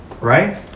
right